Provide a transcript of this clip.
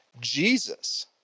Jesus